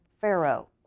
Pharaoh